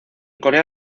corea